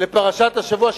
לפרשת השבוע,